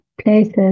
places